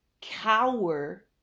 cower